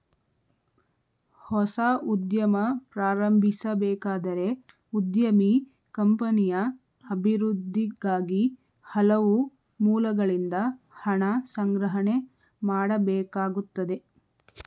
ಹೊಸ ಉದ್ಯಮ ಪ್ರಾರಂಭಿಸಬೇಕಾದರೆ ಉದ್ಯಮಿ ಕಂಪನಿಯ ಅಭಿವೃದ್ಧಿಗಾಗಿ ಹಲವು ಮೂಲಗಳಿಂದ ಹಣ ಸಂಗ್ರಹಣೆ ಮಾಡಬೇಕಾಗುತ್ತದೆ